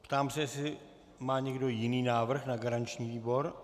Ptám se, jestli má někdo jiný návrh na garanční výbor?